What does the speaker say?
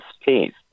space